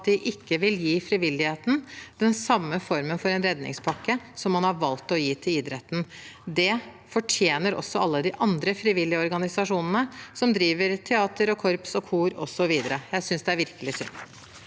at de ikke vil gi frivilligheten den samme formen for redningspakke som man har valgt å gi til idretten. Det fortjener også alle de andre frivillige organisasjonene som driver med teater, korps og kor osv. Jeg synes det er virkelig synd.